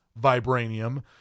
vibranium